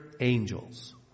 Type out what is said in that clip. angels